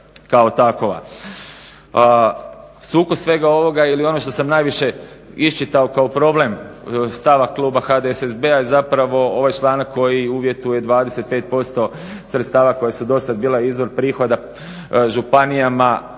Sukus svega onoga ili ono što sam najviše iščitao kao problem stava kluba HDSSB-a je zapravo ovaj članak koji uvjetuje 25% sredstava koja su do sad bila izvor prihoda županijama,